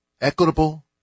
equitable